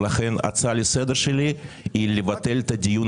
לכן ההצעה לסדר שלי היא לבטל את הדיון